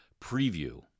preview